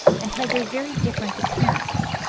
and has a very different appearance,